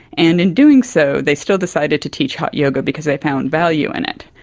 and in doing so, they still decided to teach hot yoga because they found value in it.